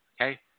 okay